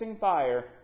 fire